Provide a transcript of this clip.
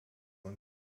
und